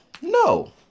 no